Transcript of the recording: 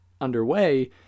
underway